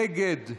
נגד,